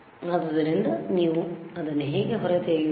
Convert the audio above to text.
ಆದ್ದರಿಂದ ನೀವು ಅದನ್ನು ಹೇಗೆ ಹೊರತೆಗೆಯಬೇಕು